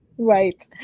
Right